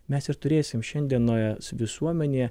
mes ir turėsim šiandienos visuomenėje